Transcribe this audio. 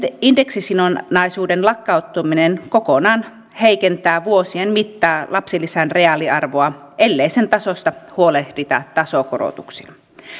indeksisidonnaisuuden lakkauttaminen kokonaan heikentää vuosien mittaan lapsilisän reaaliarvoa ellei sen tasosta huolehdita tasokorotuksilla